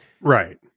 right